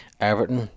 Everton